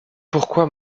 pourquoi